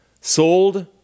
sold